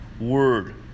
word